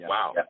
Wow